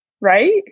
right